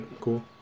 cool